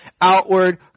outward